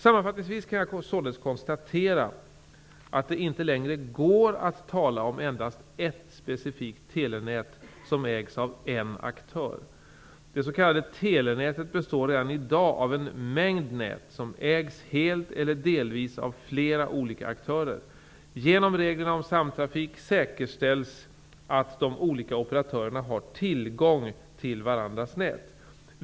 Sammanfattningsvis kan jag således konstatera att det inte längre går att tala om endast ett specifikt telenät som ägs av en aktör. Det s.k. telenätet består redan i dag av en mängd ''nät'', som ägs helt eller delvis av flera olika aktörer. Genom reglerna om samtrafik säkerställs att de olika operatörerna har tillgång till varandras nät.